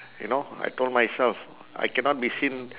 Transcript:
you know I told myself I cannot be seen